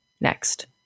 next